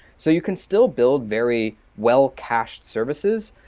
so you can still build very well cached services,